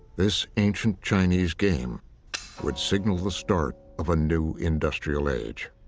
this ancient chinese game would signal the start of a new industrial age.